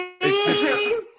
Please